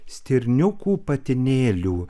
stirniukų patinėlių